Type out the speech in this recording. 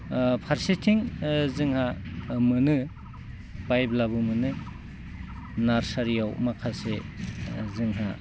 फारसेथिं जोंहा मोनो बायब्लाबो मोनो नार्सारियाव माखासे जोंहा